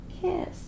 kiss